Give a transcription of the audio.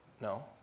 No